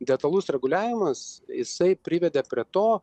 detalus reguliavimas jisai privedė prie to